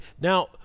now